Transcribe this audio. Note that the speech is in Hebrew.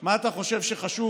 מה אתה חושב שחשוב,